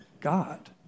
God